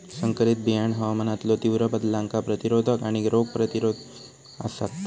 संकरित बियाणा हवामानातलो तीव्र बदलांका प्रतिरोधक आणि रोग प्रतिरोधक आसात